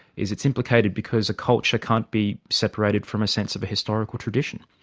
is it's implicated because a culture can't be separated from a sense of a historical tradition.